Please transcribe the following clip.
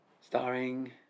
Starring